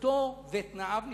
משכורתו ותנאיו נפגעים.